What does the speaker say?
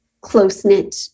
close-knit